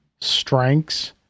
strengths